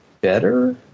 better